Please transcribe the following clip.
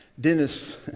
Dennis